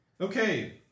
Okay